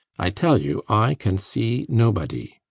i tell you i can see nobody.